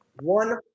one